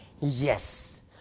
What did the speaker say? Yes